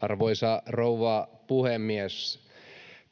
Arvoisa rouva puhemies!